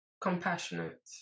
compassionate